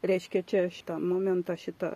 reiškia čia šitą momentą šitą